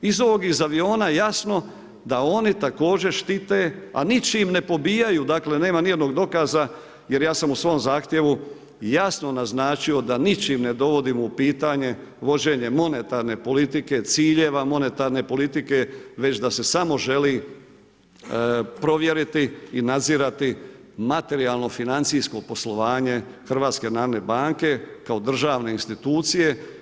Iz ovog iz aviona je jasno da oni također štite a ničim ne pobijaju, dakle, nemaju ni jednog dokaza, jer ja sam u svom zahtjevu jasno naznačio da ničim ne dovodim u pitanju vođenje monetarne politike, ciljeva monetarne politike, već da se samo želi provjeriti i nadzirati materijalno financijsko poslovanje HNB kao državne institucije.